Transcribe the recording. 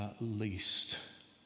least